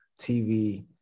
TV